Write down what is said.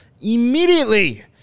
immediately